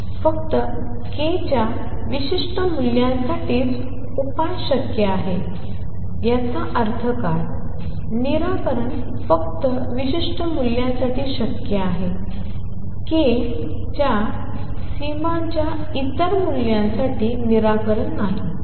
फक्त k च्या विशिष्ट मूल्यांसाठीच उपाय शक्य आहेत याचा अर्थ काय निराकरण फक्त विशिष्ट मूल्यांसाठी शक्य आहे k के सीमांच्या इतर मूल्यांसाठी निराकरण नाहीत